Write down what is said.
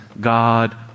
God